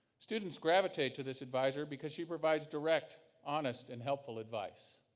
students gravitate to this advisor because she provides direct, honest and helpful advice.